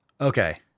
Okay